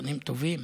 שחקנים לא רעים.